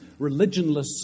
religionless